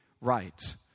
right